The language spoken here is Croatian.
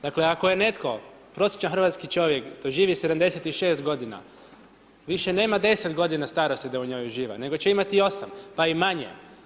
Dakle ako je netko prosječan hrvatski čovjek doživi 76 g., više nema 10 g. starosti da u njoj uživa nego će imati 8 pa i manje.